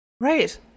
right